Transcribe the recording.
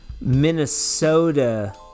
minnesota